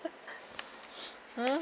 hmm